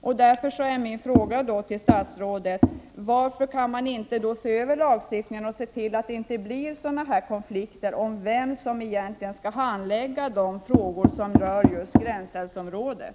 Jag vill därför fråga statsrådet varför man inte kan se över lagstiftningen och se till att det inte blir sådana här konflikter om vem som egentligen skall handlägga de frågor som berör gränsälvsområdet.